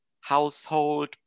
household